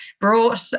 brought